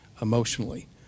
emotionally